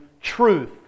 truth